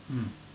mm